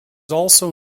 also